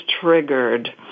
triggered